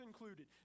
included